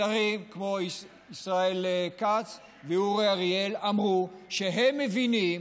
שרים כמו ישראל כץ ואורי אריאל אמרו שהם מבינים